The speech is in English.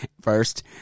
first